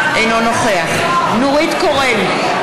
אינו נוכח נורית קורן,